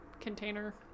container